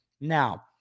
Now